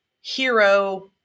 hero